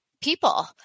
people